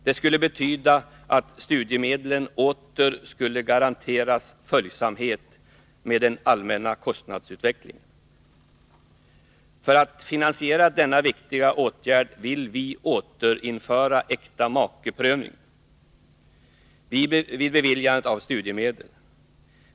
Det skulle betyda att man åter garanterade att studiemedlen följde med den allmänna kostnadsutvecklingen. För att finansiera denna viktiga åtgärd vill vi återinföra äktamakeprövningen vid beviljandet av studiemedel.